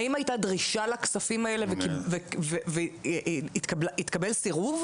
האם הייתה דרישה לכספים האלה והתקבל סירוב,